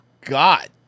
god